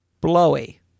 Blowy